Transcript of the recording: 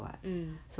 mm